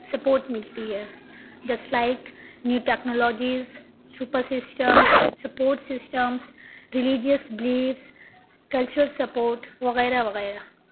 support ملتی ہے just like new technologies super systems supports systems religious beliefs cultural support وغیرہ وغیرہ